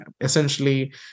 Essentially